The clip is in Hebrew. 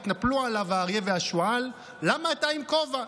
התנפלו עליו האריה והשועל: למה אתה עם כובע?